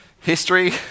History